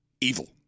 evil